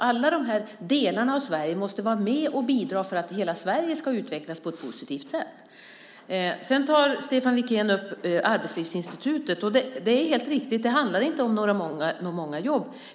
Alla de här delarna av Sverige måste vara med och bidra för att hela Sverige ska utvecklas på ett positivt sätt. Stefan Wikén tar upp Arbetslivsinstitutet. Det är helt riktigt: Det handlar inte om många jobb.